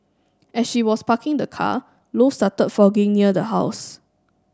as she was parking the car Low started fogging near the house